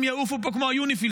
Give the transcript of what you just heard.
הם יעופו פה כמו יוניפי"ל,